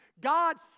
God's